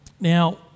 Now